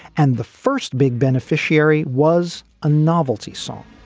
and the first big beneficiary was a novelty song